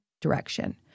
direction